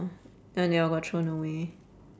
and ya got thrown away